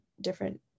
different